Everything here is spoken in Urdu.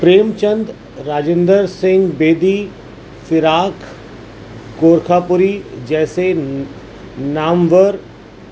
پریم چند راجندر سنگھ بیدی فراق گورکھ پوری جیسے نامور